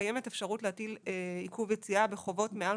קיימת אפשרות להטיל עיכוב יציאה בחובות מעל